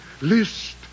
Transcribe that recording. List